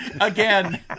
Again